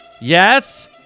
Yes